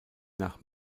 nach